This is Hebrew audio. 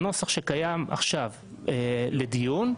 בנוסח שקיים עכשיו לדיון,